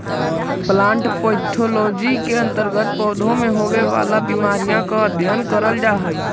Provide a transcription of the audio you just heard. plant pathology के अंतर्गत पौधों में होवे वाला बीमारियों का अध्ययन करल जा हई